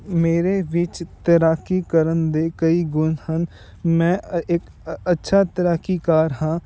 ਮੇਰੇ ਵਿੱਚ ਤੈਰਾਕੀ ਕਰਨ ਦੇ ਕਈ ਗੁਣ ਹਨ ਮੈਂ ਇੱਕ ਅ ਅੱਛਾ ਤੈਰਾਕੀਕਾਰ ਹਾਂ